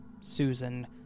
Susan